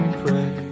pray